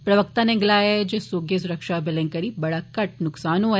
प्रवक्ता नै गलाया ऐ जे सौह्गे सुरक्षाबलें करी बड़ा घट्ट नसकान होआ